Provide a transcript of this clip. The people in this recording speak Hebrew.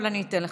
אבל אני אתן לך.